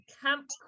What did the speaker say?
Camp